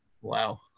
Wow